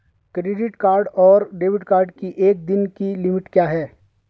Credit card और debit card की एक दिन की लिमिट क्या है?